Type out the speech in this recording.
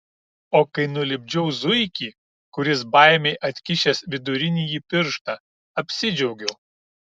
o kai nulipdžiau zuikį kuris baimei atkišęs vidurinįjį pirštą apsidžiaugiau